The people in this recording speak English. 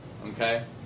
okay